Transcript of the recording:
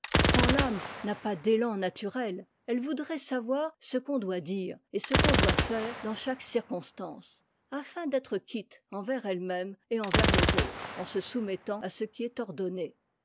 quand t'âme n'a pas d'élan naturel elle voudrait savoir ce qu'on doit dire et ce qu'on doit faire dans chaque circonstance afin d'être quitte envers ellemême et envers les autres en se soumettant à ce qui est ordonné